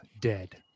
dead